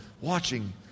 watching